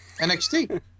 NXT